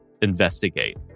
investigate